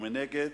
ומנגד